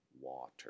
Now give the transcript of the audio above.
water